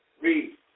read